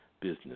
business